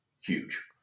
huge